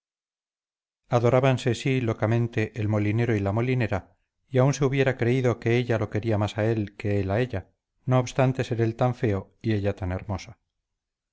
adorábanse sí locamente el molinero y la molinera y aún se hubiera creído que ella lo quería más a él que él a ella no obstante ser él tan feo y ella tan hermosa